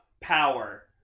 power